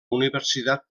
universitat